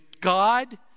god